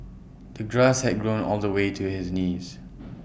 the grass had grown all the way to his knees